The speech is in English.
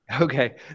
Okay